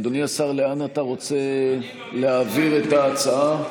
אדוני השר, לאן אתה רוצה להעביר את ההצעה?